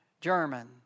German